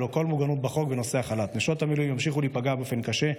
ללא כל מוגנות בחוק בנושא החל"ת נשות המילואים ימשיכו להיפגע באופן קשה,